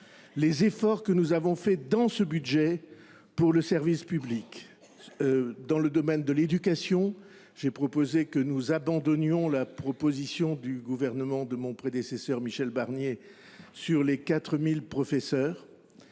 les efforts que nous avons faits dans ce budget en faveur du service public. Dans le domaine de l’éducation, j’ai souhaité que nous abandonnions la proposition du gouvernement de mon prédécesseur Michel Barnier visant à supprimer